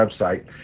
website